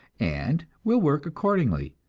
and will work accordingly,